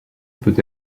peut